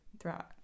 throughout